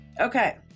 Okay